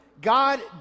God